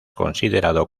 considerado